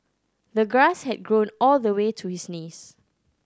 the grass had grown all the way to his knees